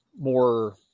more